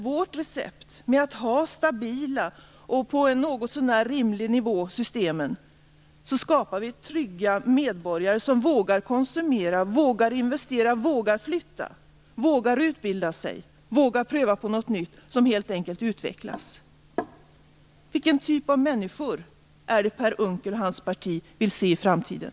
Vårt recept är däremot stabila system på något så när rimlig nivå. Därmed skapar vi trygga medborgare som vågar konsumera, vågar investera, vågar flytta, vågar utbilda sig, vågar pröva på något nytt - människor som utvecklas helt enkelt. Vilken typ av människor är det Per Unckel och hans parti vill se i framtiden?